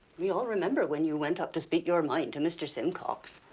we all remember when you went up to speak your mind to mister simcox.